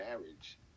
marriage